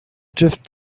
drift